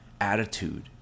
attitude